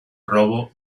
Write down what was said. robo